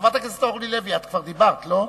חברת הכנסת אורלי לוי, את כבר דיברת, לא?